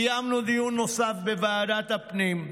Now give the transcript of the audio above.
קיימנו דיון נוסף בוועדת הפנים.